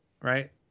right